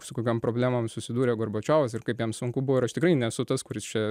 su kokiom problemom susidūrė gorbačiovas ir kaip jam sunku buvo ir aš tikrai nesu tas kuris čia